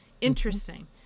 interesting